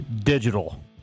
digital